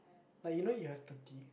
like you know you have thirty